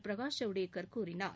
பிரகாஷ் ஜவ்டேகர் கூறினார்